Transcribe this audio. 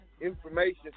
information